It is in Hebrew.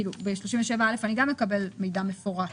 ב-37(א) אדם גם מקבל מידע מפורט.